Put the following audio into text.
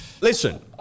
Listen